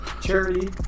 charity